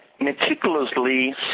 meticulously